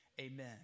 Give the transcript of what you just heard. Amen